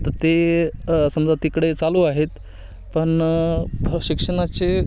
तर ते समजा तिकडे चालू आहेत पण फ शिक्षणाचे